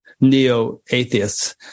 neo-atheists